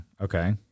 Okay